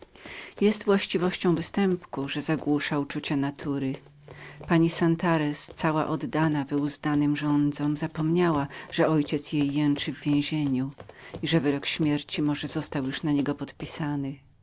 tak to zwykle zbrodnie zagłuszają uczucia natury pani santarez cała oddana rozkoszy zapomniała że ojciec jej jęczał w więzieniu i że wyrok śmierci może był już na niego podpisany